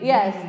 Yes